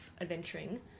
adventuring